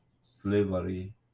slavery